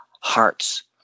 hearts